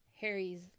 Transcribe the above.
Harry's